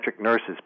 nurses